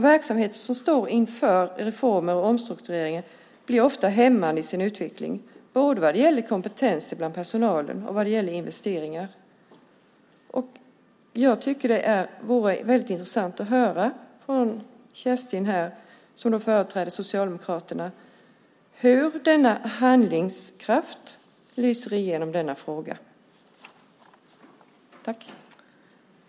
Verksamheter som står inför reformer och omstruktureringar blir ofta hämmade i sin utveckling, både vad gäller kompetens bland personalen och investeringar. Det vore intressant att höra av Kerstin Andersson som företräder Socialdemokraterna hur denna handlingskraft lyser igenom i denna fråga.